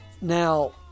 now